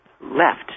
left